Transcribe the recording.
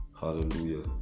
Hallelujah